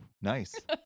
nice